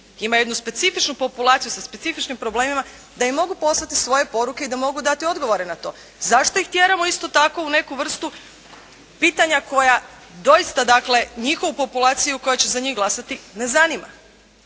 imaju jednu specifičnu populaciju sa specifičnim problemima da im mogu poslati svoje poruke i da mogu dati odgovore na to. Zašto ih tjeramo isto tako u neku vrstu pitanja koja doista dakle, njihovu populaciju koja će za njih glasati ne zanima?